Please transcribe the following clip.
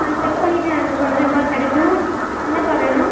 நான் செக் பண்ணிவிட்டு நான் சொல்கிறேன்பா கிடைக்கும் என்னப்பா வேணும்